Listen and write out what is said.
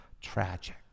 tragic